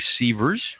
receivers